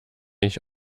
ich